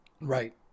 right